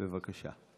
בבקשה.